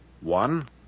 One